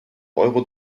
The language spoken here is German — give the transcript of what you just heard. euro